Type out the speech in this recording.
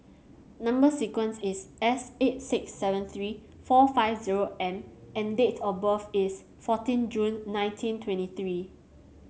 number sequence is S eight six seven three four five zero M and date of birth is fourteen June nineteen twenty three